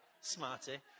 Smarty